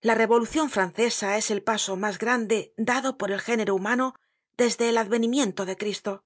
la revolucion francesa es el paso mas grande dado por el género humano desde el advenimiento de cristo